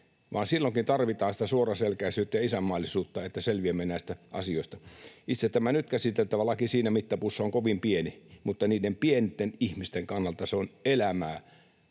silloinkin tarvitaan suoraselkäisyyttä ja isänmaallisuutta, että selviämme näistä asioista. Itse tämä nyt käsiteltävä laki siinä mittapuussa on kovin pieni, mutta niiden pienten ihmisten kannalta se on elämän